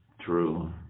True